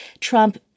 Trump